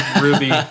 Ruby